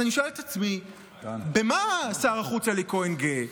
אז אני שואל את עצמי, במה שר החוץ אלי כהן גאה?